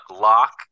lock